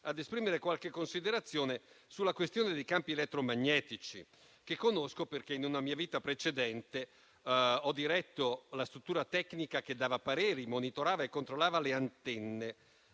ad esprimere qualche considerazione sulla questione dei campi elettromagnetici, che conosco, perché in una mia vita precedente ho diretto la struttura tecnica che dava pareri, monitorava e controllava le antenne